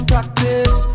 Practice